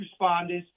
responders